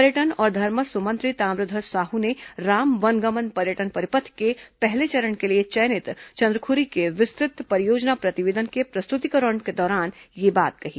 पर्यटन और धर्मस्व मंत्री ताम्रध्वज साह ने राम वनगमन पर्यटन परिपथ के पहले चरण के लिए चयनित चंदखुरी के विस्तृत परियोजना प्रतिवेदन के प्रस्तुतिकरण के दौरान यह बात कही